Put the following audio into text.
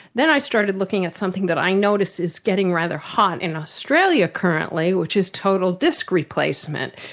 then i started looking at something that i notice is getting rather hot in australia currently, which is total disc replacement.